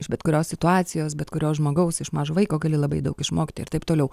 iš bet kurios situacijos bet kurio žmogaus iš mažo vaiko gali labai daug išmokti ir taip toliau